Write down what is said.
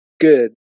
good